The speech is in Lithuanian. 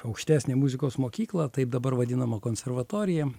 aukštesnę muzikos mokyklą taip dabar vadinama konservatorija